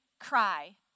cry